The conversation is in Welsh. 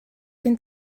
gen